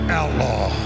outlaw